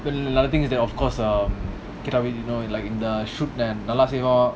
another thing is that of course um shoot நல்லாசெய்வோம்:nalla seivom